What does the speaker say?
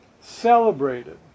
celebrated